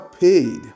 paid